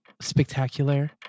spectacular